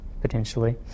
potentially